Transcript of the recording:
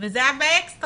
וזה היה באקסטרה